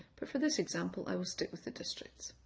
but for this example i'll stick with the districts.